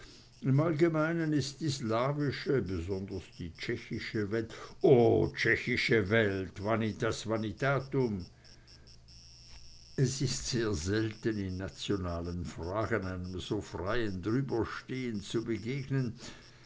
im allgemeinen ist die slawische besonders die tschechische welt oh die tschechische welt vanitas vanitatum es ist sehr selten in nationalen fragen einem so freien drüberstehn zu begegnen